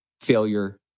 failure